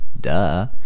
duh